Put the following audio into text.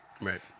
right